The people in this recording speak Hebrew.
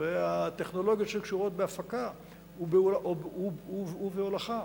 והטכנולוגיות שקשורות בהפקה ובהולכה.